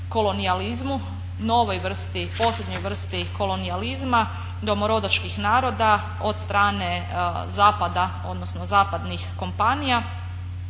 kolonijalizmu, novoj vrsti, posljednjoj vrsti kolonijalizma domorodačkih naroda od strane zapada, odnosno zapadnih kompanija.